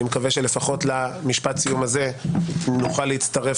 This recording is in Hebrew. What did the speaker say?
אני מקווה שלפחות למשפט הסיום הזה נוכל להצטרף